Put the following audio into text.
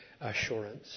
assurance